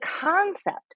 concept